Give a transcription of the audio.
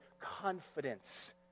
confidence